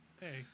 Hey